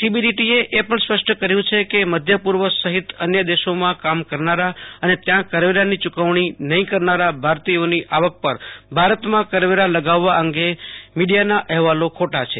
સીબીડીટીએ એ પણ સ્પષ્ટ કર્યું છે કે મધ્ય પૂર્વ સહિત અન્ય દેશોમાં કામ કરનારા અને ત્યાં કરવેરાની ચૂકવણી નહીં કરનારા ભારતીયોની આવક પર ભારતમાં કરવેરા લગાવવા અંગે મિડિયાના અહેવાલો ખોટા છે